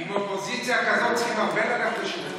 עם אופוזיציה כזאת צריכים הרבה ללכת לשירותים.